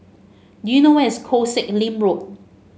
do you know where is Koh Sek Lim Road